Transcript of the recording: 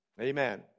Amen